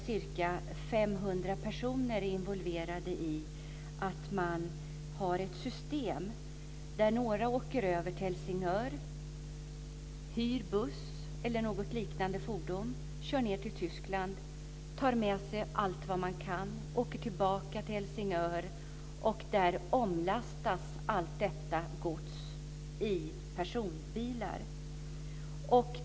Ca 500 personer är involverade i ett system där några åker över till Helsingör, hyr buss eller något liknande fordon, kör ned till Tyskland, tar med sig allt vad man kan, åker tillbaka till Helsingör där allt gods omlastas i personbilar.